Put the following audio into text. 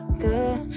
good